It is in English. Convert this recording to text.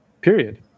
period